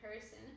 person